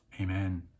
Amen